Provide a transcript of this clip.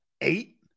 Eight